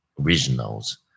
originals